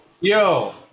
yo